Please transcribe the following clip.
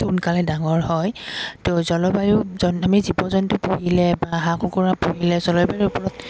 সোনকালে ডাঙৰ হয় তো জলবায়ু আমি জীৱ জন্তু পুহিলে বা হাঁহ কুকুৰা পুহিলে জলবায়ুৰ ওপৰত